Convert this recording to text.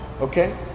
Okay